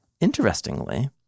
Interestingly